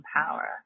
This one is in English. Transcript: power